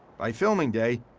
by filming day,